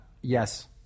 yes